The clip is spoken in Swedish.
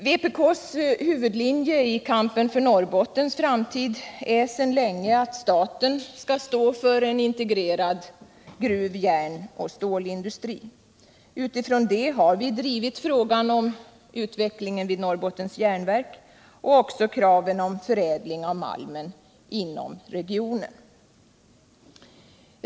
Vpk:s huvudlinje i kampen för Norrbottens framtid är sedan länge att staten skall stå för en integrerad gruv-, järnoch stålindustri. Utifrån det har vi drivit frågan om utvecklingen vid Norrbottens Järnverk och också kraven om förädling av malmen inom regionen.